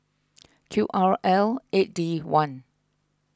Q R L eight D one